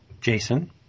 Jason